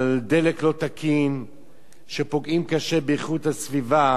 על דלק לא תקין שפוגע קשה באיכות הסביבה